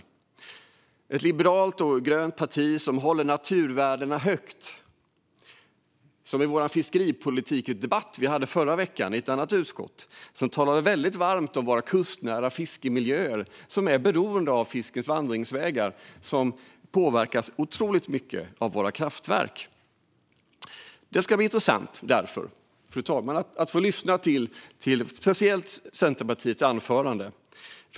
Det handlar ju om ett liberalt och grönt parti som håller naturvärden högt. I den debatt vi i ett annat utskott hade förra veckan om fiskepolitik talade Centerpartiet väldigt varmt om de kustnära fiskemiljöerna som är beroende av fiskens vandringsvägar, och dessa påverkas otroligt mycket av kraftverken. Det ska därför bli intressant, fru talman, att särskilt lyssna till anförandet från Centerpartiets ledamot.